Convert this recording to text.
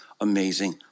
amazing